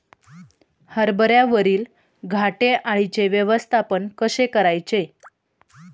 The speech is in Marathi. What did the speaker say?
हरभऱ्यावरील घाटे अळीचे व्यवस्थापन कसे करायचे?